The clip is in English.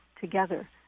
together